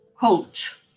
coach